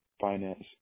finance